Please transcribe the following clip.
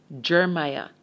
Jeremiah